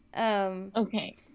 Okay